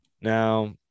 Now